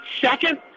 second